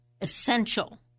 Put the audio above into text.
essential